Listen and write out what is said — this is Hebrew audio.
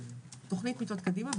תוכנית מיטות קדימה,